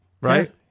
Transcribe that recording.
right